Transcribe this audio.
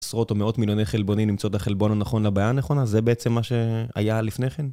עשרות או מאות מיליוני חלבונים למצוא את החלבון הנכון לבעיה הנכונה, זה בעצם מה שהיה לפני כן.